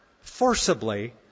forcibly